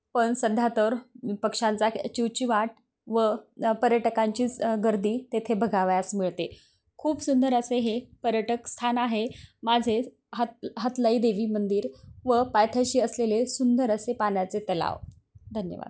पण सध्या तर पक्षांचा चिवचिवाट व पर्यटकांचीच गर्दी तेथे बघावयास मिळते खूप सुंदर असे हे पर्यटक स्थान आहे माझे हत हातलाई देेवी मंदिर व पायथ्याशी असलेले सुंदर असे पाण्याचे तलाव धन्यवाद